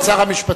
את שר המשפטים.